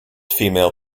female